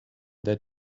that